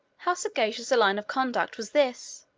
how sagacious a line of conduct was this!